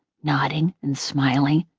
nodding and smiling.